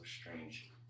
strange